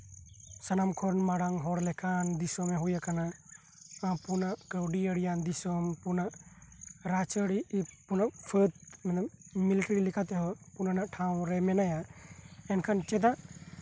ᱥᱟᱱᱟᱢ ᱦᱚᱲ ᱞᱮᱠᱟᱱ ᱫᱤᱥᱚᱢᱮ ᱦᱳᱭᱟᱠᱟᱱᱟ ᱯᱩᱱᱟᱜ ᱠᱟᱹᱣᱰᱤ ᱟᱹᱨᱤᱭᱟᱱ ᱫᱤᱥᱚᱢ ᱯᱩᱱᱟᱜ ᱨᱟᱡᱽ ᱟᱨᱤ ᱯᱷᱟᱹ ᱯᱷᱟᱹ ᱯᱷᱟᱹᱫ ᱟᱱᱟᱜ ᱢᱤᱞᱤᱴᱟᱨᱤ ᱞᱮᱠᱟᱛᱮᱦᱚᱸ ᱯᱩᱱᱟᱱᱟᱜ ᱴᱷᱟᱶ ᱨᱮ ᱢᱮᱱᱟᱭᱟ ᱮᱱᱠᱷᱟᱱ ᱪᱮᱫᱟᱜ